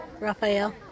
Raphael